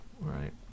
right